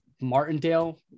Martindale